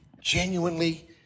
genuinely